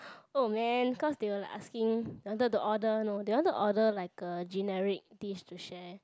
oh man cause they were like asking wanted to order no they want to order like a generic dish to share